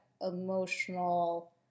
emotional